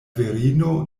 virino